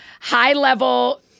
high-level